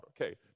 Okay